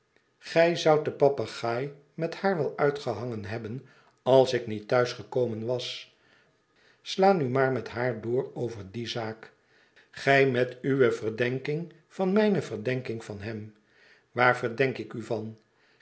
gij zoudt de papegaai met haar wel uitgehangen hebben als ik niet thuis gekomen was sla dan nu maar met haar door over die zaak gij met uwe verdenking van mijne verdenking van hem waar verdenk ik u van